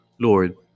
Lord